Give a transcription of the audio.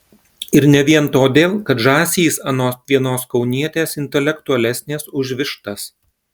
ir ne vien todėl kad žąsys anot vienos kaunietės intelektualesnės už vištas